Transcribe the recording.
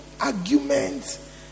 arguments